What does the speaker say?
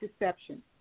deception